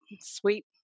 sweet